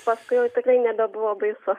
paskui tikrai nebebuvo baisu